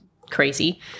crazy